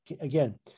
again